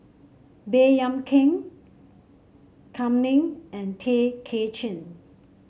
Baey Yam Keng Kam Ning and Tay Kay Chin